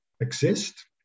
exist